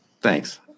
Thanks